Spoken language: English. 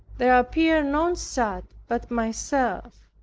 there appeared none sad but myself.